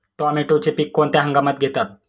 टोमॅटोचे पीक कोणत्या हंगामात घेतात?